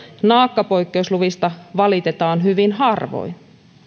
naakkapoikkeusluvista valitetaan hyvin harvoin